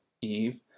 Eve